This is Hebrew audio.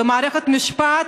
ומערכת המשפט